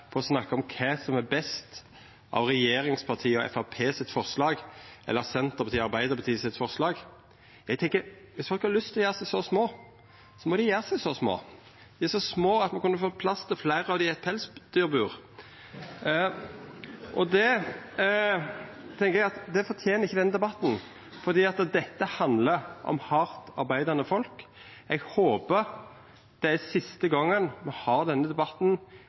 å snakka om kva som er best av regjeringspartia og Framstegspartiets forslag eller Senterpartiet og Arbeidarpartiets forslag. Dersom dei har lyst til å gjera seg så små, må dei gjera seg så små – dei er så små at ein kunne fått plass til fleire av dei i eit pelsdyrbur. Det tenkjer eg at denne debatten ikkje fortener, for dette handlar om hardt arbeidande folk. Eg håpar det er siste gongen me har denne debatten